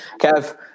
Kev